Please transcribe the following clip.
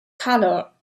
color